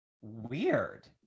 weird